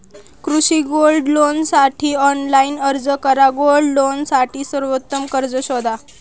कृषी गोल्ड लोनसाठी ऑनलाइन अर्ज करा गोल्ड लोनसाठी सर्वोत्तम कर्ज शोधा